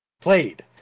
Played